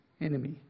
enemy